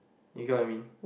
you get what I mean